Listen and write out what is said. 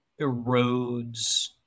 erodes